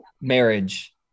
marriage